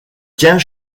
tient